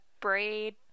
braid